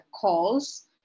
calls